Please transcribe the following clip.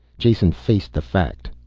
jason faced the fact.